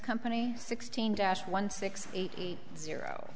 company sixteen dash one six eight eight zero